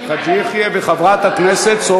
איך לא חשבנו על זה קודם, עמיר?